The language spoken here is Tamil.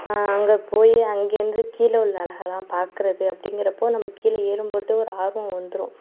அங்கே போயி அங்கேருந்து கீழே அந்த அழகலாம் பார்க்கறது அப்படிங்குறப்போ நம்ம கீழே ஏறும்போதே ஒரு ஆர்வம் வந்துடும்